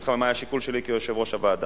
אומר לך מה היה השיקול שלי כיושב-ראש הוועדה.